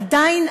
עדיין,